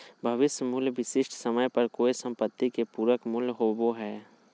भविष्य मूल्य विशिष्ट समय पर कोय सम्पत्ति के पूरक मूल्य होबो हय